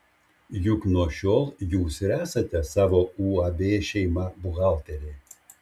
juk nuo šiol jūs ir esate savo uab šeima buhalterė